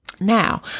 Now